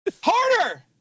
Harder